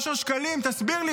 אושר שקלים, תסביר לי.